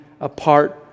apart